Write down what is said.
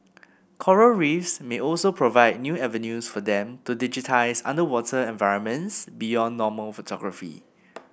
coral reefs may also provide new avenues for them to digitise underwater environments beyond normal photography